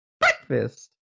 Breakfast